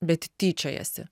bet tyčiojasi